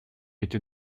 été